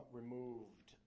removed